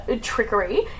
trickery